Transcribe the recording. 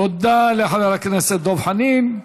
תודה לחבר הכנסת דב חנין.